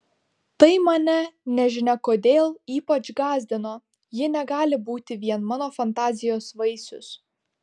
tai mane nežinia kodėl ypač gąsdino ji negali būti vien mano fantazijos vaisius